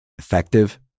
effective